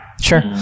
Sure